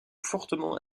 fortement